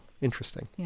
interesting